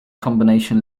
combination